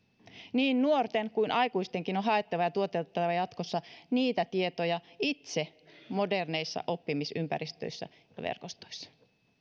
niin nuorten kuin aikuistenkin on haettava ja tuotettava jatkossa niitä tietoja itse moderneissa oppimisympäristöissä ja verkostoissa